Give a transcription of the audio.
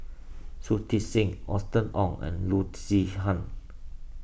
Shui Tit Sing Austen Ong and Loo Zihan